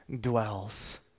dwells